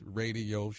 radio